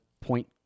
point